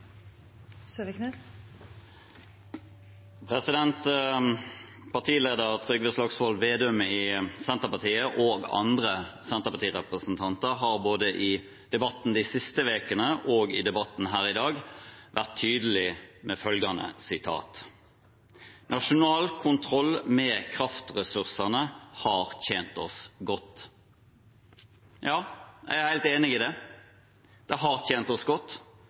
fellesskapet. Partileder Trygve Slagsvold Vedum i Senterpartiet og andre Senterparti-representanter har både i debatten de siste ukene og i debatten her i dag vært tydelig på følgende: Nasjonal kontroll med kraftressursene har tjent oss godt. Jeg er helt enig i det – den har tjent oss godt, og den vil tjene oss godt i fortsettelsen. Det har